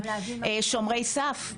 'שומרי סף',